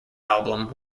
album